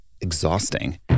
exhausting